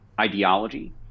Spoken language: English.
ideology